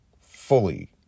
fully